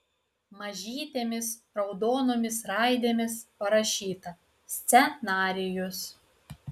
mažytėmis raudonomis raidėmis parašyta scenarijus